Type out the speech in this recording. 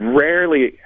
rarely